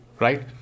right